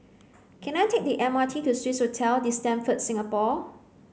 can I take the M R T to Swissotel The Stamford Singapore